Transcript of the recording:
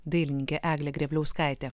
dailininkė eglė grėbliauskaitė